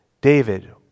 David